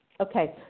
Okay